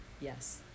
Yes